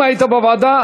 אם היית בוועדה,